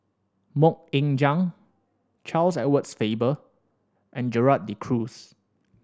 Mok Ying Jang Charles Edward Faber and Gerald De Cruz